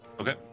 Okay